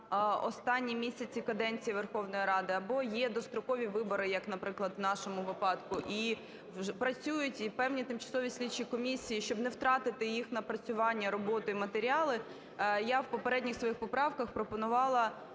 останні місяці каденції Верховної Ради або є дострокові вибори, як, наприклад, в нашому випадку, і працюють і певні тимчасові слідчі комісії, щоб не втратити їх напрацювання, роботи і матеріали, я в попередніх своїх поправках пропонувала